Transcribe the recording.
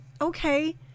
okay